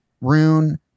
Rune